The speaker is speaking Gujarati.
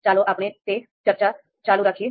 ચાલો આપણે તે ચર્ચા ચાલુ રાખીએ